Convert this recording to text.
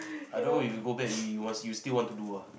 I don't know if you go back you still want to do lah